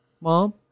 Mom